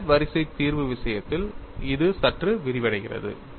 உயர் வரிசை தீர்வு விஷயத்தில் இது சற்று விரிவடைகிறது